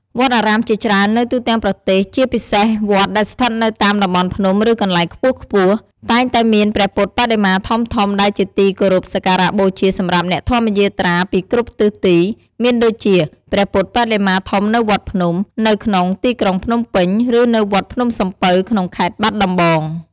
វត្តអារាមជាច្រើននៅទូទាំងប្រទេស ជាពិសេសវត្តដែលស្ថិតនៅតាមតំបន់ភ្នំ ឬកន្លែងខ្ពស់ៗ តែងតែមានព្រះពុទ្ធបដិមាធំៗដែលជាទីគោរពសក្ការៈបូជាសម្រាប់អ្នកធម្មយាត្រាពីគ្រប់ទិសទី មានដូចជា ព្រះពុទ្ធបដិមាធំនៅវត្តភ្នំ នៅក្នុងទីក្រុងភ្នំពេញ ឬនៅវត្តភ្នំសំពៅ ក្នុងខេត្តបាត់ដំបង។